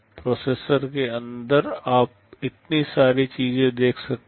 processor के अंदर आप इतनी सारी चीजें देख सकते हैं